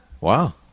Wow